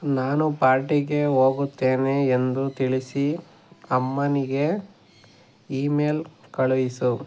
ನಾನು ಪಾರ್ಟಿಗೆ ಹೋಗುತ್ತೇನೆ ಎಂದು ತಿಳಿಸಿ ಅಮ್ಮನಿಗೆ ಈ ಮೇಲ್ ಕಳುಹಿಸು